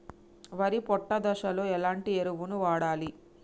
వరి పొట్ట దశలో ఎలాంటి ఎరువును వాడాలి?